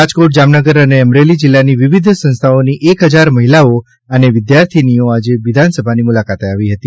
રાજકોટ જામનગર અને અમરેલી જિલ્લાની વિવિધ સંસ્થાઓની એક હજાર મહિલાઓ અને વિદ્યાર્થીનીઓ આજે વિધાનસભાની મુલાકાતે આવી હતી